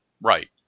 Right